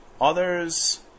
others